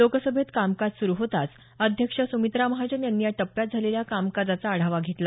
लोकसभेत कामकाज सुरु होताच अध्यक्षा सुमित्रा महाजन यांनी या टप्प्यात झालेल्या कामकाजाचा आढावा घेतला